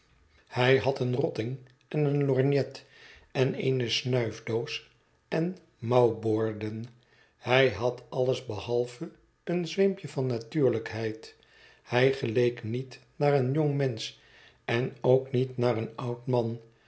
hij had een rotting en een lorgnet en eene snuifdoos en mouwboorden hij had alles behalve een zweempje van natuurlijkheid hij geleek niet naar een jong mensch en ook niet naar een oud man